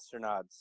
astronauts